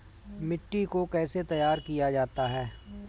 मिट्टी को कैसे तैयार किया जाता है?